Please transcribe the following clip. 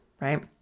right